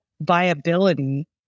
viability